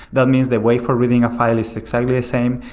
that means the way for reading a file is exactly the same,